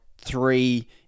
three